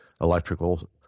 electrical